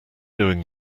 doing